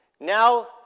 Now